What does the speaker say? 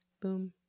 Boom